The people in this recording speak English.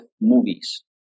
movies